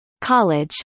college